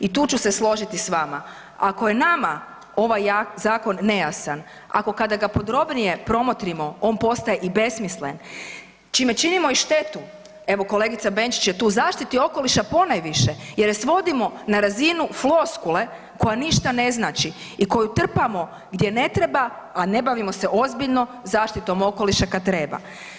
I tu ću se složiti sa vama, ako je nama ovaj zakon nejasan, ako kada ga podrobnije promotrimo on postaje i besmislen čime činimo i štetu, evo kolegica Benčić je tu zaštiti okoliša ponajviše jer je svodimo na razinu floskule koja ništa ne znači i koju trpamo gdje ne treba, a ne bavimo se ozbiljno zaštitom okoliša kad treba.